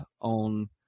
on